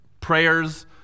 Prayers